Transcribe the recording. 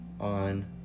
on